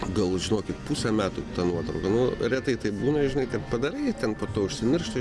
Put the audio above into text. gal žinokit pusę metų ta nuotrauka nu retai tai būna žinai kaip padarai ten po to užsimiršta